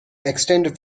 extended